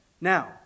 Now